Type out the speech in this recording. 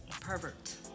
pervert